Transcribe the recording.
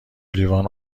لیوان